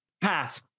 Pass